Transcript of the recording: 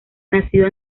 nacido